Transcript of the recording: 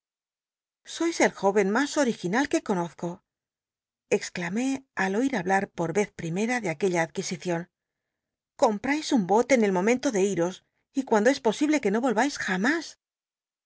sois el jóven mas original que conozco exclamé al oir hablar pot vez primera de aquella adquisicion comprais un bote en el momento de iros y cuando es posible que no vohais jamás